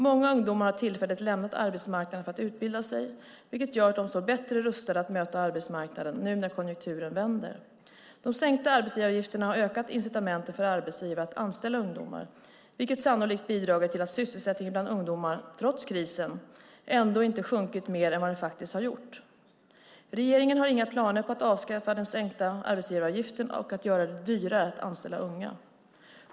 Många ungdomar har tillfälligt lämnat arbetsmarknaden för att utbilda sig, vilket gör att de står bättre rustade att möta arbetsmarknaden nu när konjunkturen vänder. De sänkta arbetsgivaravgifterna har ökat incitamenten för arbetsgivare att anställa ungdomar, vilket sannolikt bidragit till att sysselsättningen bland ungdomarna - trots krisen - ändå inte sjunkit mer än vad den faktiskt har gjort. Regeringen har inga planer på att avskaffa den sänkta arbetsgivaravgiften och göra det dyrare att anställa unga.